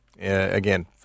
Again